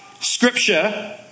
Scripture